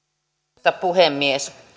arvoisa puhemies